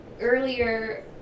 earlier